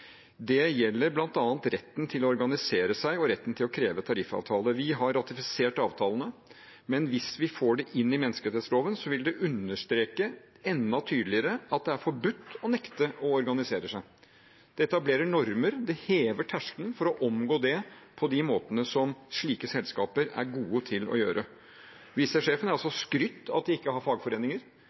Det gjelder bl.a. retten til å organisere seg og retten til å kreve tariffavtale. Vi har ratifisert avtalene. Men hvis vi får det inn i menneskerettighetsloven, vil det understreke enda tydeligere at det er forbudt å nekte å organisere seg. Det etablerer normer, det hever terskelen for å omgå det på de måtene som slike selskaper er gode til. Wizz Air-sjefen har skrytt av at de ikke har fagforeninger.